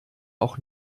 auch